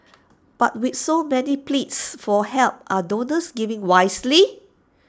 but with so many pleas for help are donors giving wisely